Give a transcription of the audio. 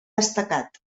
destacat